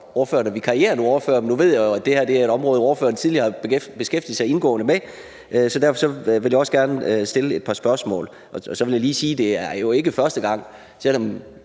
vikarierende ordfører, men nu ved jeg jo, at det her er et område, ordføreren tidligere har beskæftiget sig indgående med, så derfor vil jeg også gerne stille et par spørgsmål. Og så vil jeg lige sige, at selv om Dansk Folkeparti og